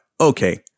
okay